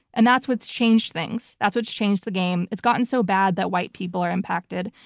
and that's what's changed things. that's what's changed the game. it's gotten so bad that white people are impacted.